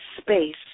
space